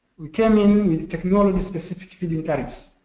we came in with the technology specific feed in tariffs.